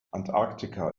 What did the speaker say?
antarktika